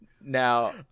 Now